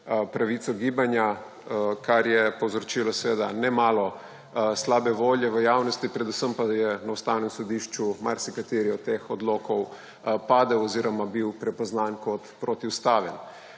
pravico gibanja, kar je povzročilo nemalo slabe volje v javnosti, predvsem pa je na Ustavnem sodišču marsikateri od teh odlokov padel oziroma bil prepoznan kot protiustaven.